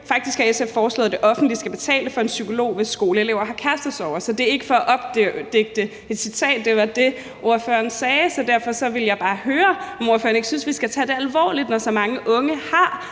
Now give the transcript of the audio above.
Faktisk har SF foreslået, at det offentlige skal betale for en psykolog, hvis skoleelever har kærestesorger. Så det er ikke for at opdigte et citat. Det var det, ordføreren sagde. Så derfor vil jeg bare høre, om ordføreren ikke synes, vi skal tage det alvorligt, når så mange unge har